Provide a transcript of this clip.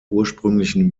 ursprünglichen